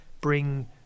bring